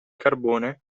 carbone